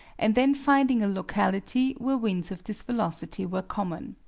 and then finding a locality where winds of this velocity were common.